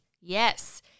Yes